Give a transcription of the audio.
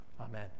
amen